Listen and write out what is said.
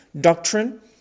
doctrine